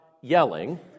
yelling